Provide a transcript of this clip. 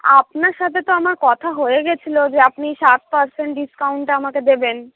আপনার সাথে তো আমার কথা হয়ে গিয়েছিলো যে আপনি সাত পার্সেন্ট ডিসকাউন্টে আমাকে দেবেন